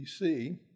BC